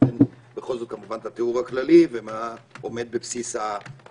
אתן בכל זאת כמובן את התיאור הכללי ואת מה שעומד בבסיס הדיון.